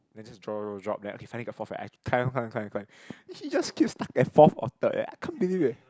then I just drop drop drop drop drop drop then okay finally got fourth right I climb climb climb then he just keep stuck at fourth or third eh I can't believe eh